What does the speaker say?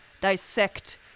dissect